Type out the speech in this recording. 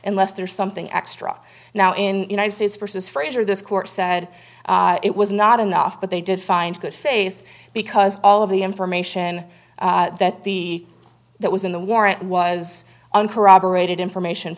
unless there's something extra now in states versus frazier this court said it was not enough but they did find good faith because all of the information that the that was in the warrant was uncorroborated information